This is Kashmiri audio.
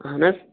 اَہَن حظ